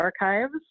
archives